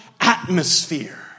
atmosphere